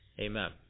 Amen